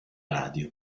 radio